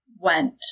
went